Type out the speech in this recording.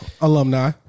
alumni